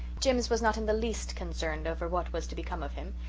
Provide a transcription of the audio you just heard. jims was not in the least concerned over what was to become of him.